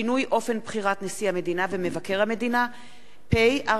שינוי אופן בחירת נשיא המדינה ומבקר המדינה); פ/4351/18.